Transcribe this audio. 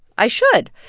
i should.